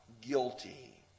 guilty